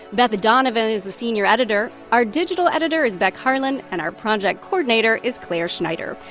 beth donovan is the senior editor. our digital editor is beck harlan, and our project coordinator is clare schneider.